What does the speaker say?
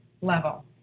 level